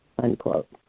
unquote